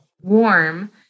warm